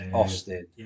Austin